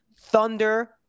Thunder